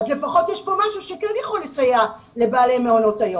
אז לפחות יש פה משהו שכן יכול לסייע לבעלי מעונות היום.